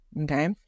okay